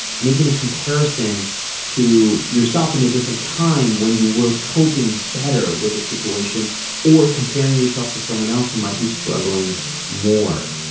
making a comparison to yourself in a different time when you were coping better with the situation or comparing yourself to someone else who might be struggling more.